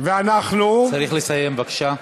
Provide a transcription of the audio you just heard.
צריך לסיים, בבקשה.